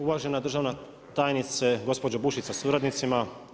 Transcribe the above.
Uvažena državna tajnice gospođo Bušić sa suradnicima.